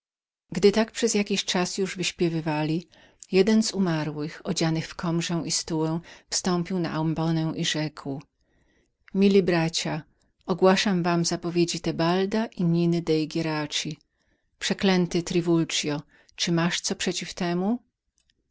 gdy tak przez jakiś czas już wyśpiewywali jeden martwiec odziany w albę i stułę wstąpił na ambonę i rzekł mili bracia ogłaszam wam zapowiedzi teobalda i niny dei gieraci przeklęty triwuldzie czy masz co przeciw temu